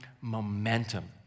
momentum